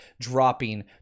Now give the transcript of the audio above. dropping